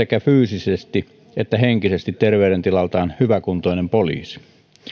sekä fyysisesti että henkisesti terveydentilaltaan hyväkuntoinen poliisi